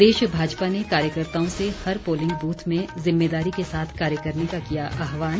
प्रदेश भाजपा ने कार्यकर्ताओं से हर पोलिंग बूथ में जिम्मेदारी के साथ कार्य करने का किया आह्वान